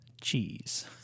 Cheese